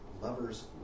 lovers